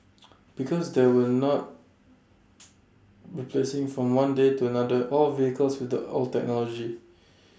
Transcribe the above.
because there are not replacing from one day to another all vehicles with the old technology